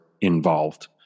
involved